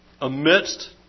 amidst